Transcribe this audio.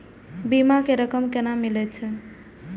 बीमा के रकम केना मिले छै?